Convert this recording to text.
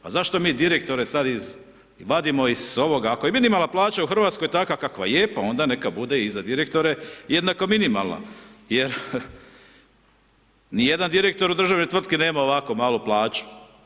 A zašto mi direktore sad vadimo iz ovoga ako je minimalna plaća u Hrvatskoj takva kakva je pa onda neka bude i za direktore jednako minimalna jer nijedan direktor u državnoj tvrtki nema ovako malu plaću.